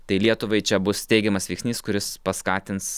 tai lietuvai čia bus teigiamas veiksnys kuris paskatins